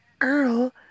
Earl